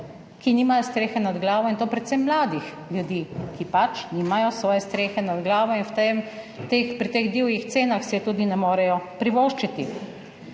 ki nimajo strehe nad glavo, in to predvsem mladih ljudi, ki pač nimajo svoje strehe nad glavo in si je pri teh divjih cenah tudi ne morejo privoščiti.